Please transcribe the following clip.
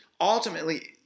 Ultimately